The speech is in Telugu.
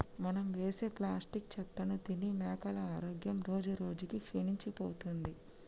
మనం వేసే ప్లాస్టిక్ చెత్తను తిని మేకల ఆరోగ్యం రోజురోజుకి క్షీణించిపోతుంది